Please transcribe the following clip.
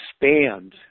expand